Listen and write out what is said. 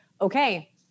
okay